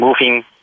moving